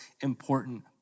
important